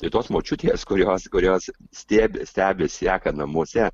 tai tos močiutės kurios kurios stebi stebi seka namuose